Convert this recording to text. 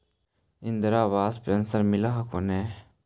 इन्द्रा आवास पेन्शन मिल हको ने?